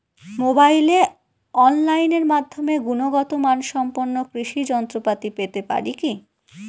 মোবাইলে অনলাইনের মাধ্যমে গুণগত মানসম্পন্ন কৃষি যন্ত্রপাতি পেতে পারি কি?